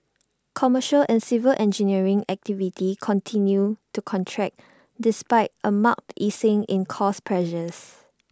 commercial and civil engineering activity continued to contract despite A marked easing in cost pressures